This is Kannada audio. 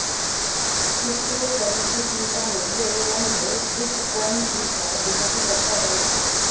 ಕ್ರಿಪ್ಟೋಕರೆನ್ಸಿಕಿಂತಾ ಮೊದಲೇ ಒಂದ್ ಬಿಟ್ ಕೊಯಿನ್ ಅಂತ್ ಡಿಜಿಟಲ್ ರೊಕ್ಕಾ ಬಂದಿತ್ತು